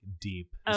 deep